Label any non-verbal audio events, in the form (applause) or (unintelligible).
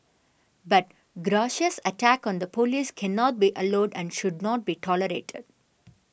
but (unintelligible) attack on the police cannot be allowed and should not be tolerated